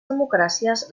democràcies